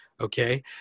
Okay